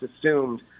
assumed